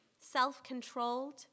self-controlled